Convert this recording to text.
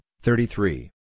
thirty-three